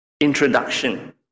introduction